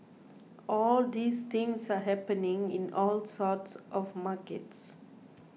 all these things are happening in all sorts of markets